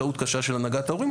זו טעות קשה של הנהגת ההורים,